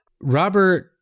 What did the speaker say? Robert